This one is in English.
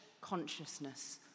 consciousness